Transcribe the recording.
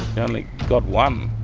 yeah only got one.